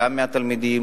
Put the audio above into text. גם מהתלמידים,